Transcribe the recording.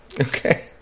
okay